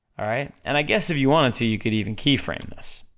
alright? and i guess if you wanted to, you could even keyframe this,